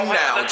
now